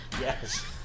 Yes